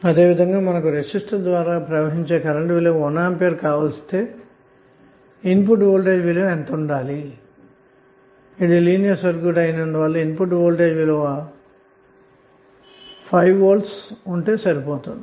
అదే విధంగారెసిస్టర్ ద్వారా ప్రవహించే కరెంట్ విలువ 1A అయితే ఇది లీనియర్ సర్క్యూట్ అయినందువల్ల ఇన్పుట్ వోల్టేజ్ విలువ 5 V ఉంటే చాలు అన్న మాట